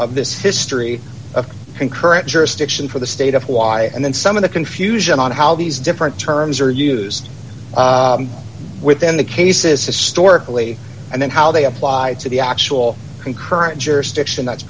of this history of concurrent jurisdiction for the state of hawaii and then some of the confusion on how these different terms are used within the cases historically and then how they apply to the actual d concurrent jurisdiction that's